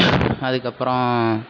அதுக்கப்புறம்